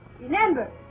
Remember